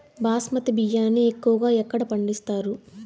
బాస్మతి బియ్యాన్ని ఎక్కువగా ఎక్కడ పండిస్తారు?